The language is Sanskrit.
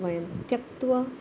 वयं त्यक्त्वा